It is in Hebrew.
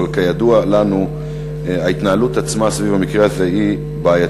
אבל כידוע לנו ההתנהלות עצמה סביב המקרה היא בעייתית.